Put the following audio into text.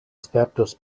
spertos